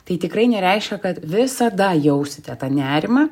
tai tikrai nereiškia kad visada jausite tą nerimą